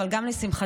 אבל גם לשמחתי,